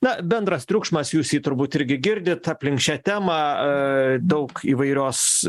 na bendras triukšmas jūs jį turbūt irgi girdit aplink šią temą daug įvairios